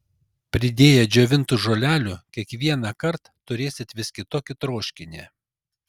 pridėję džiovintų žolelių kiekvienąkart turėsite vis kitokį troškinį